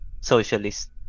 socialist